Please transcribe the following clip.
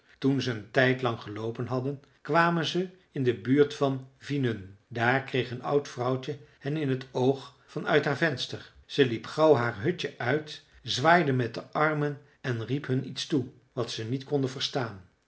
toen ze een tijd lang geloopen hadden kwamen zij in de buurt van vinön daar kreeg een oud vrouwtje hen in het oog van uit haar venster ze liep gauw haar hutje uit zwaaide met de armen en riep hun iets toe wat ze niet konden verstaan